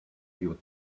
your